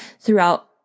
throughout